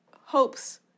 hopes